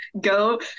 Go